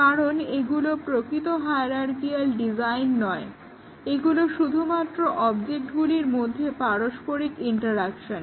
কারণ এগুলো প্রকৃত হায়ারার্কিয়াল ডিজাইন নয় এগুলো শুধুমাত্র অবজেক্টগুলির মধ্যে পরস্পরিক ইন্টারঅ্যাকশন